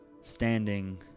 standing